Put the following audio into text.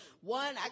One